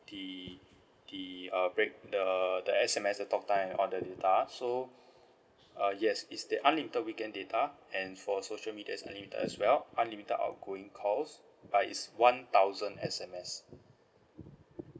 the the uh break the the S_M_S the talktime or the data so uh yes it's the unlimited weekend data and for social media it's unlimited as well unlimited outgoing calls uh it's one thousand S_M_S